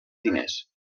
diners